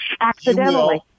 accidentally